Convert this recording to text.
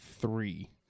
three